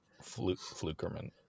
flukerman